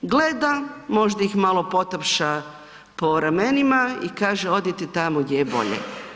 Gleda, možda ih malo potapša po ramenima i kaže odite tamo gdje je bolje.